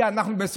כי אנחנו,